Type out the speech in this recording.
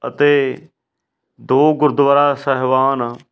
ਅਤੇ ਦੋ ਗੁਰਦੁਆਰਾ ਸਾਹਿਬਾਨ